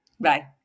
Bye